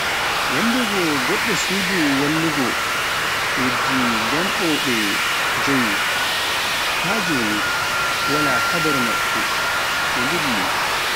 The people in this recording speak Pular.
Yanndegoo goɗɗo suudu wallugo wujji jommbaaɓe jeewi, haa joni wala habaru maɓɓe ɓe dilli.